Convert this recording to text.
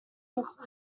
coca